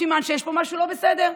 סימן שיש פה משהו לא בסדר.